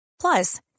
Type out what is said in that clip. Plus